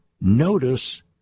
notice